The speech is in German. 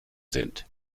sind